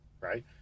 Right